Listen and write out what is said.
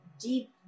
deep